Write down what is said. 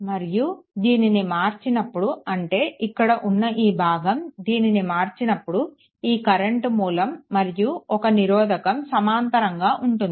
మరియు దీనిని మార్చినప్పుడు అంటే ఇక్కడ ఉన్న ఈ భాగం దీనిని మార్చినప్పుడు ఈ కరెంట్ మూలం మరియు ఒక నిరోధకం సమాంతరంగా ఉంటుంది